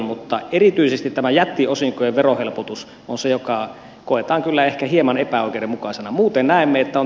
mutta erityisesti tämä jättiosinkojen verohelpotus on se joka koetaan kyllä ehkä hieman epäoikeudenmukaisena